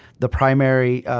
the primary